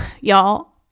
y'all